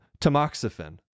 tamoxifen